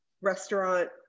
restaurant